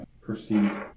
perceived